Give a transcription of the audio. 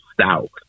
South